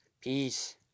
Peace